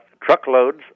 truckloads